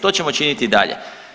To ćemo činiti i dalje.